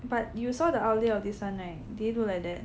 but you saw the outlay of this one right did it look like that